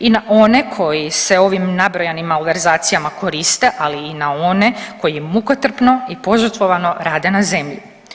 I na one koji se ovim nabrojanim malverzacijama koriste, ali i na one koji mukotrpno i požrtvovano rade na zemlji.